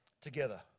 together